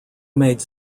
made